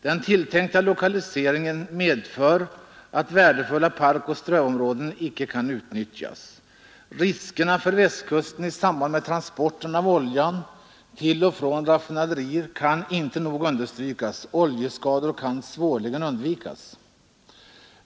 Den tilltänkta lokaliseringen medför att värdefulla parkoch strövområden inte kan utnyttjas. Riskerna för Västkusten i samband med transporten av oljan till och från raffinaderiet kan inte nog understrykas. Oljeskador kan svårligen undvikas.